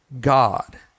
God